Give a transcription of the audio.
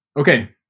Okay